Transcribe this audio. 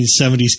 1970s